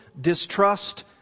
distrust